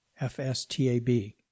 fstab